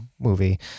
movie